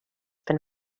been